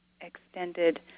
extended